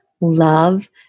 love